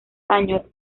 año